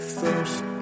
first